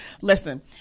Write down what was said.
Listen